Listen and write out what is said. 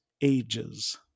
ages